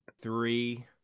three